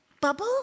bubble